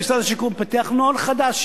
משרד השיכון פיתח נוהל חדש,